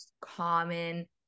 common